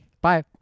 bye